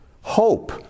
hope